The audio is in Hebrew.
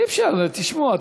אי-אפשר, תשמעו.